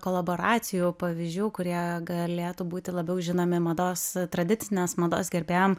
kolaboracijų pavyzdžių kurie galėtų būti labiau žinomi mados tradicinės mados gerbėjam